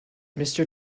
mister